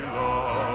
love